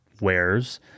wares